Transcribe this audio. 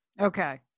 Okay